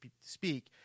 speak